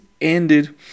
ended